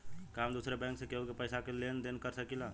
का हम दूसरे बैंक से केहू के पैसा क लेन देन कर सकिला?